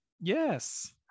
Yes